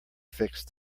fixed